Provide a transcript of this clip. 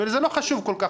זה לא חשוב כל כך,